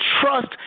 trust